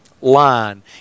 line